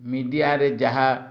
ମିଡ଼ିଆରେ ଯାହା